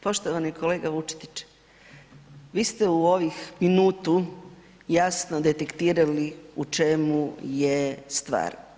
Poštovani kolega Vučetić, vi ste u ovih minutu jasno detektirali u čemu je stvar.